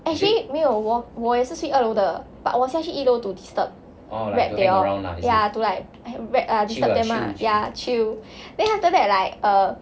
actually 没有我我也是睡二楼的 but 我下去一楼 to disturb rab they all ya to like rab ah disturb them lah ya chill then after that like err